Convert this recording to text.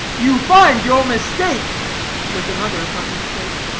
you find your mistake with another hearty shake.